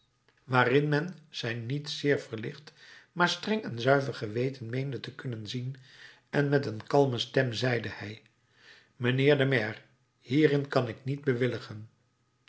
waarin men zijn niet zeer verlicht maar streng en zuiver geweten meende te kunnen zien en met een kalme stem zeide hij mijnheer de maire hierin kan ik niet